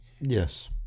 Yes